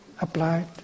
applied